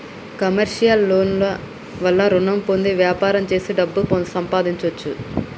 commercial loan ల వల్ల రుణం పొంది వ్యాపారం చేసి డబ్బు సంపాదించొచ్చు